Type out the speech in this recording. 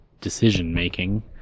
decision-making